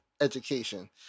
education